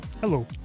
Hello